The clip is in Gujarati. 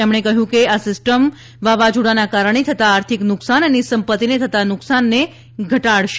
તેમણે કહ્યું કે આ સિસ્ટમ વાવાઝોડાના કારણે થતા આર્થિક નુકસાન અને સંપત્તિને થતા નુકસાનને ઘટાડશે